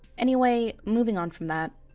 anyway, moving on from that,